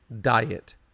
diet